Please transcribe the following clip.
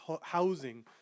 housing